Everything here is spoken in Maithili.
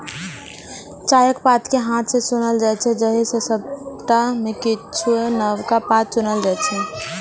चायक पात कें हाथ सं चुनल जाइ छै, जाहि मे सबटा नै किछुए नवका पात चुनल जाइ छै